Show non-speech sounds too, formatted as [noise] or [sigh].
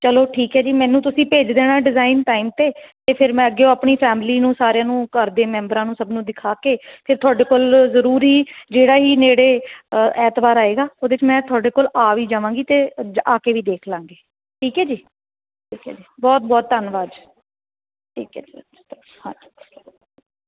ਚਲੋ ਠੀਕ ਹੈ ਜੀ ਮੈਨੂੰ ਤੁਸੀਂ ਭੇਜ ਦੇਣਾ ਡਿਜ਼ਾਇਨ ਟਾਈਮ 'ਤੇ ਅਤੇ ਫਿਰ ਮੈਂ ਅੱਗੇ ਉਹ ਆਪਣੀ ਫੈਮਲੀ ਨੂੰ ਸਾਰਿਆਂ ਨੂੰ ਘਰ ਦੇ ਮੈਂਬਰਾਂ ਨੂੰ ਸਭ ਨੂੰ ਦਿਖਾ ਕੇ ਫਿਰ ਤੁਹਾਡੇ ਕੋਲ ਜ਼ਰੂਰੀ ਜਿਹੜਾ ਹੀ ਨੇੜੇ ਐਤਵਾਰ ਆਏਗਾ ਉਹਦੇ 'ਚ ਮੈਂ ਤੁਹਾਡੇ ਕੋਲ ਆ ਵੀ ਜਾਵਾਂਗੀ ਅਤੇ ਆ ਕੇ ਵੀ ਦੇਖ ਲਵਾਂਗੀ ਠੀਕ ਹੈ ਜੀ ਠੀਕ ਹੈ ਜੀ ਬਹੁਤ ਬਹੁਤ ਧੰਨਵਾਦ ਠੀਕ ਹੈ ਜੀ [unintelligible]